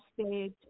stage